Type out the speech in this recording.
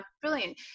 Brilliant